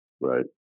Right